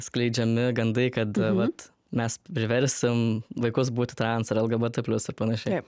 skleidžiami gandai kad vat mes priversim vaikus būti trans ir lgbt plius ir panašiai